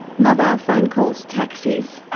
mobile phone calls, taxis?